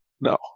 No